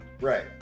Right